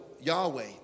Yahweh